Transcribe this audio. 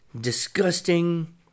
disgusting